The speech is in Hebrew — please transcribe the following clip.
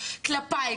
כלפי,